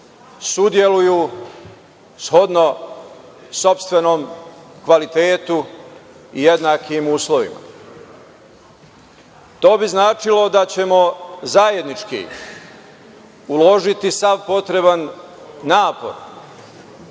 sudjeluju shodno sopstvenom kvalitetu jednakim uslovima. To bi značilo da ćemo zajednički uložiti sav potreban napor